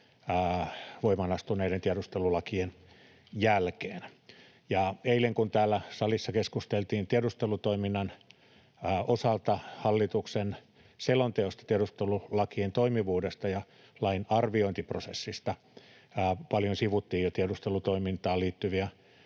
voimaan astumisen jälkeen kesällä 2019. Eilen kun täällä salissa keskusteltiin tiedustelutoiminnan osalta hallituksen selonteosta tiedustelulakien toimivuudesta ja lain arviointiprosessista, paljon sivuttiin jo tiedustelutoimintaan liittyviä